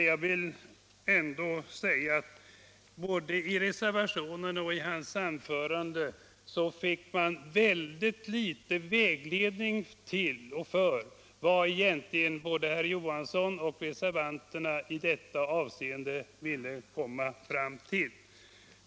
Jag vill endast säga att både i reservationen och i hans anförande fick man väldigt litet vägledning för vad egentligen herr Johansson och reservanterna vill komma fram till.